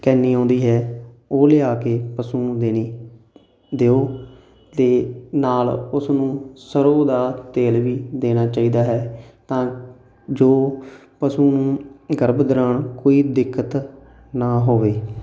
ਕੈਨੀ ਆਉਂਦੀ ਹੈ ਉਹ ਲਿਆ ਕੇ ਪਸ਼ੂ ਨੂੰ ਦੇਣੀ ਦਿਓ ਅਤੇ ਨਾਲ ਉਸਨੂੰ ਸਰ੍ਹੋਂ ਦਾ ਤੇਲ ਵੀ ਦੇਣਾ ਚਾਹੀਦਾ ਹੈ ਤਾਂ ਜੋ ਪਸ਼ੂ ਨੂੰ ਗਰਭ ਦੌਰਾਨ ਕੋਈ ਦਿੱਕਤ ਨਾ ਹੋਵੇ